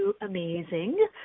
amazing